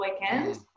weekend